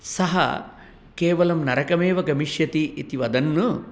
सः केवलं नरकमेव गमिष्यति इति वदन्